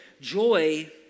joy